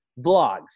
vlogs